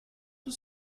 was